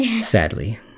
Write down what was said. sadly